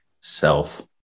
self